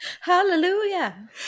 Hallelujah